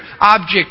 object